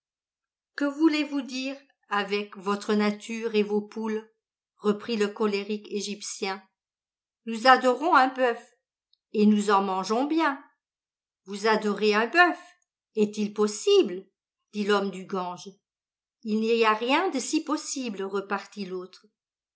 que voulez-vous dire avec votre nature et vos poules reprit le colérique egyptien nous adorons un boeuf et nous en mangeons bien vous adorez un boeuf est-il possible dit l'homme du gange il n'y a rien de si possible repartit l'autre